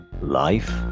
Life